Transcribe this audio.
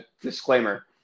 disclaimer